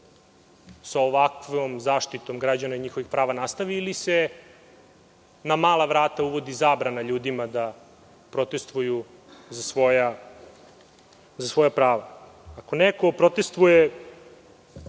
sa ovakvom zaštitom građana i njihovih prava nastavi ili se na mala vrata uvodi zabrana ljudima da protestuju za svoja prava. Ako neko protestuje